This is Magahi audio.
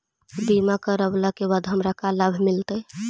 बीमा करवला के बाद हमरा का लाभ मिलतै?